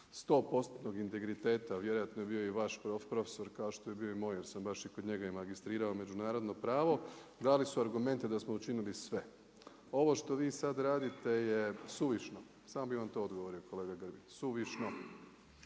sto postotnog integriteta. Vjerojatno je bio i vaš profesor kao što je bio i moj jer sam baš i kod njega magistrirao međunarodno pravo dali su argumente da smo učinili sve. Ovo što vi sad radite je suvišno, samo bih vam to odgovorio kolega Grbin suvišno.